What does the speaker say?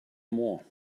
more